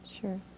Sure